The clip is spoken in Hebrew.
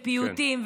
פיוטים,